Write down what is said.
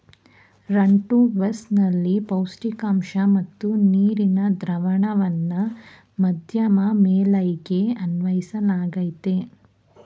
run to waste ನಲ್ಲಿ ಪೌಷ್ಟಿಕಾಂಶ ಮತ್ತು ನೀರಿನ ದ್ರಾವಣವನ್ನ ಮಧ್ಯಮ ಮೇಲ್ಮೈಗೆ ಅನ್ವಯಿಸಲಾಗ್ತದೆ